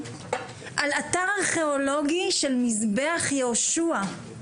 על אתר ארכיאולוגי של מזבח יהושע.